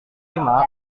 lima